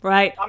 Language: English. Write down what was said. Right